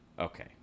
Okay